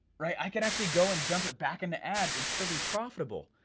right? i could actually go and dump it back into ads and still be profitable.